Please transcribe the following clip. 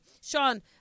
Sean